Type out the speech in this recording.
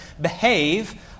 behave